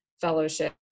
fellowship